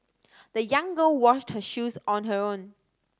the young girl washed her shoes on her own